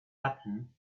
happen